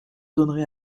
donnerai